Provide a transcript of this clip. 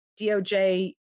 DOJ